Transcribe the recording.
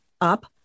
up